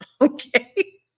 Okay